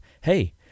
hey